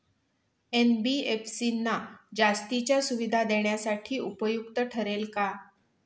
NBFC ना जास्तीच्या सुविधा देण्यासाठी उपयुक्त ठरेल का?